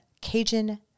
Cajun